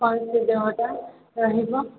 ଭଲ୍ ସେ ଦେହଟା ରହିବ